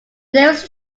nearest